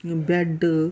bed